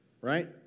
right